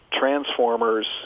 transformers